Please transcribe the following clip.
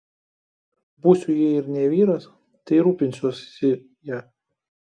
būsiu jei ir ne vyras tai rūpinsiuosi ja